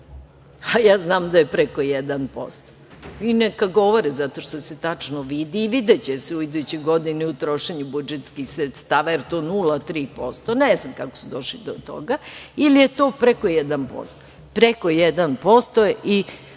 a ja znam da je preko 1% i neka govore, zato što se tačno vidi i videće se u idućoj godini u trošenju budžetskih sredstava, jer to 0,3%, ne znam kako su došli do toga, ili je to preko 1%.